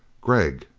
gregg?